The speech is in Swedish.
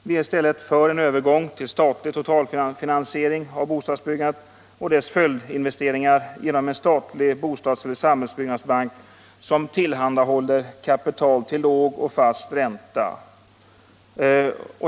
Vi är i stället för en övergång till statlig totalfinansiering av bostadsbyggandet och dess följdinvesteringar genom en statlig bostadseller samhällsbyggnadsbank som tillhandahåller kapital till låg och fast ränta.